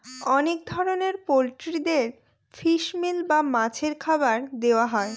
অনেক ধরনের পোল্ট্রিদের ফিশ মিল বা মাছের খাবার দেওয়া হয়